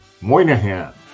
Moynihan